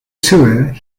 tour